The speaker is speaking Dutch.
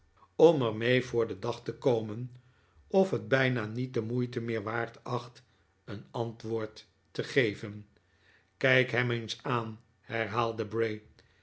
er mee voor den dag te komen of het bijna niet de moeite meer waard acht een antwo ord te geven kijk hem eens aan herhaalde bray